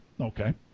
okay